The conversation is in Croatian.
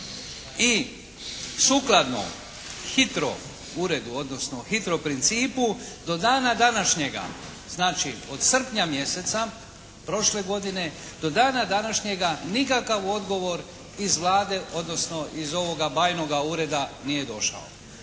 I sukladno hitro uredu odnosno hitro principu do dana današnjega znači od srpnja mjeseca prošle godine do dana današnjega nikakav odgovor iz Vlade odnosno iz ovoga bajnoga ureda nije došao.